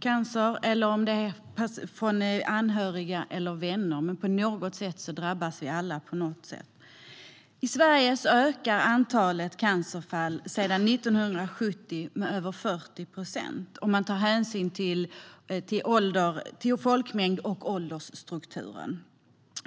kan vara personligen, anhöriga eller vänner, men vi drabbas alla på något sätt. I Sverige har antalet cancerfall sedan 1970 ökat med över 40 procent, om man tar hänsyn till folkmängd och åldersstruktur.